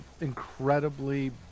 incredibly